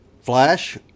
Flash